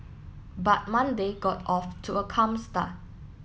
but Monday got off to a calm start